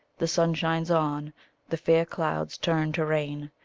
the sun shines on the fair clouds turn to rain,